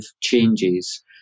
changes